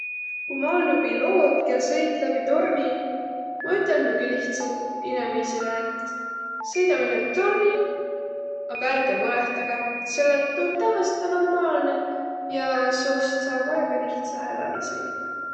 Ku ma olnuq piloot, kiä sõit läbi tormi, ma ütelnügi lihtsält inemiisile, et sõidami läbi tormi, aga ärke murõhtagõq, selle, et tuu om tävveste normaalnõ ja seost saa väega lihtsähe läbi sõitaq.